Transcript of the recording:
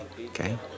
okay